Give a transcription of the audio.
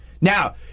Now